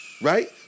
right